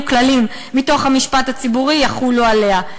כללים מתוך המשפט הציבורי יחולו עליה.